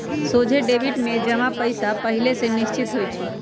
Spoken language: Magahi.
सोझे डेबिट में जमा के पइसा पहिले से निश्चित होइ छइ